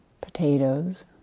potatoes